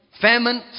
Famine